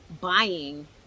buying